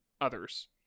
others